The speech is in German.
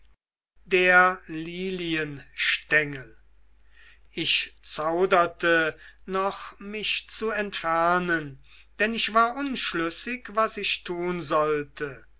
der lilienstengel ich zauderte noch mich zu entfernen denn ich war unschlüssig was ich tun sollte